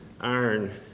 iron